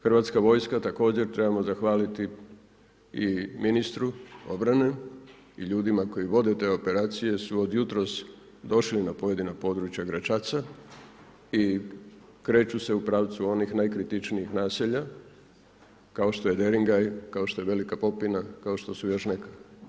Hrvatska vojska također trebamo zahvaliti i ministru obrane i ljudima koji vode te operacije su od jutros došli na pojedina područja Gračaca i kreću se u pravcu onih najkritičnijih naselja kao što je Deringaj, kao što je Velika Popina, kao što su još neka.